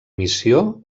missió